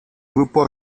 grupo